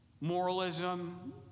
moralism